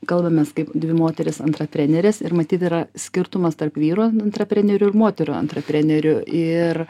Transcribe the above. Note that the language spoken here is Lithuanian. kalbamės kaip dvi moterys antraprenerės ir matyt yra skirtumas tarp vyrų antraprenerių ir moterų antraprenerių ir